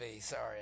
Sorry